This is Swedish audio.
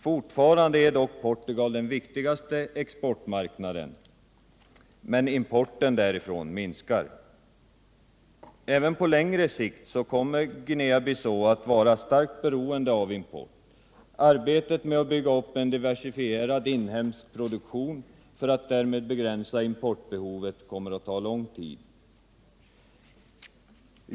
Fortfarande är dock Portugal den viktigaste exportmarknaden, men importen därifrån minskar. Även på längre sikt kommer Guinea Bissau att vara starkt beroende av import. Arbetet med att bygga upp en diversifierad inhemsk produktion för att därmed begränsa importbehovet kommer att ta lång tid.